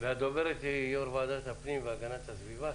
והדוברת היא יו"ר ועדת הפנים והגנת הסביבה,